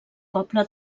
poble